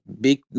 big